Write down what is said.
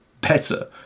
Better